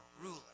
ruler